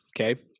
okay